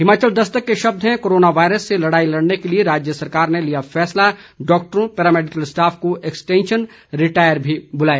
हिमाचल दस्तक के शब्द हैं कोरोना वायरस से लड़ाई लड़ने के लिए राज्य सरकार ने लिया फैसला डॉक्टरों पैरामेडिकल स्टाफ को एक्सटेंशन रिटायर भी बुलाए